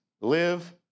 Live